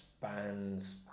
bands